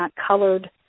colored